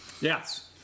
Yes